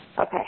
Okay